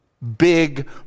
Big